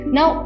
Now